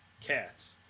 cats